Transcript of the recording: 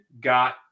got